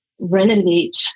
renovate